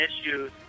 issues